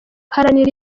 haranira